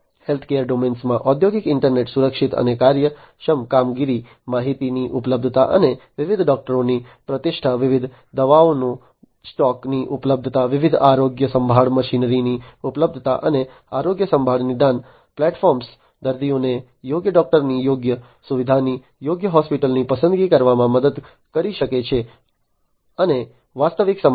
healthcare ડોમેનમાં ઔદ્યોગિક internet સુરક્ષિત અને કાર્યક્ષમ કામગીરી માહિતીની ઉપલબ્ધતા અને વિવિધ ડોકટરોની પ્રતિષ્ઠા વિવિધ દવાઓના સ્ટોકની ઉપલબ્ધતા વિવિધ આરોગ્યસંભાળ મશીનરીની ઉપલબ્ધતા અને આરોગ્યસંભાળ નિદાન પ્લેટફોર્મ દર્દીઓને યોગ્ય ડૉક્ટરની યોગ્ય સુવિધાની યોગ્ય હોસ્પિટલની પસંદગી કરવામાં મદદ કરી શકે છે અને વાસ્તવિક સમયમાં